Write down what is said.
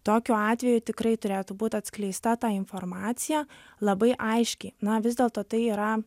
tokiu atveju tikrai turėtų būt atskleista ta informacija labai aiškiai na vis dėlto tai yra